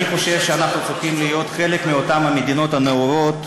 אני חושב שאנחנו צריכים להיות חלק מאותן המדינות הנאורות,